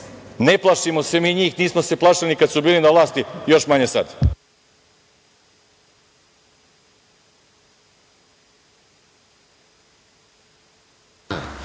Ne plašimo se mi njih, nismo se plašili ni kada su bili na vlasti, još manje sada.